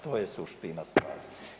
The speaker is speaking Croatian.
To je suština stvari.